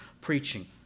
preaching